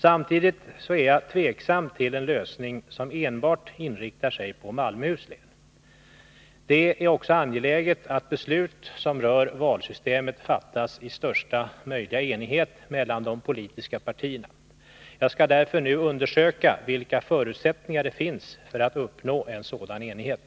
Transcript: Samtidigt är jag tveksam till en lösning som enbart inriktar sig på Malmöhus län. Det är också angeläget att beslut som rör valsystemet fattas i största möjliga enighet mellan de politiska partierna. Jag skall därför nu undersöka vilka förutsättningar som finns att uppnå en sådan enighet.